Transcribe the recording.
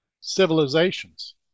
civilizations